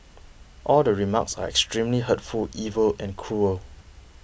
all the remarks are extremely hurtful evil and cruel